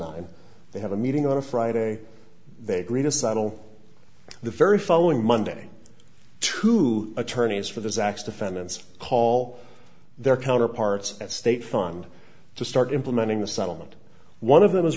nine they had a meeting on a friday they agreed to settle the very following monday two attorneys for the zacks defendants call their counterparts at state fund to start implementing the settlement one of them